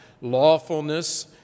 lawfulness